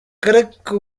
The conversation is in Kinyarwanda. reka